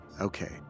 Okay